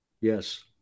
Yes